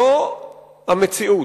זו המציאות.